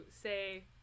say